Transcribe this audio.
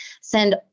send